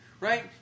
Right